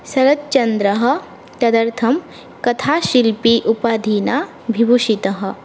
सरच्चन्द्रः तदर्थं कथाशिल्पी उपाधिना विभूषितः